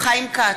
חיים כץ,